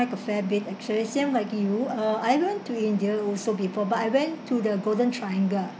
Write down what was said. a fair bit actually same like you uh I went to india also before but I went to the golden triangle